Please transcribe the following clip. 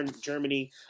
Germany